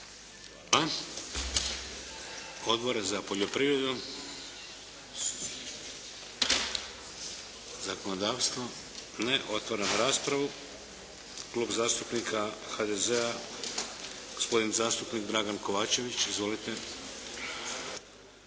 Odbor za poljoprivredu? Zakonodavstvo? Ne. Otvaram raspravu. Klub zastupnika HDZ-a gospodin zastupnik Dragan Kovačević. Izvolite.